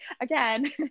again